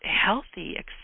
healthy